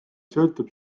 sõltub